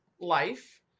life